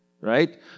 right